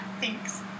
Thanks